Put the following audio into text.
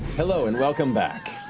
hello and welcome back.